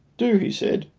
do! he said.